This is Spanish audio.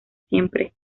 siempre